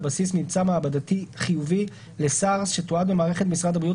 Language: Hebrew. בסיס ממצא מעבדתי חיובי ל-SARS-COV-2 שתועד במערכת משרד הבריאות